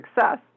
success